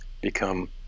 become